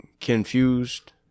confused